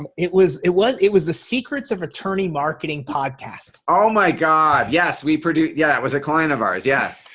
um it was, it was it was the secrets of attorney marketing podcast. oh my god yes. we produced yeah that was a client of ours. yes,